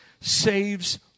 saves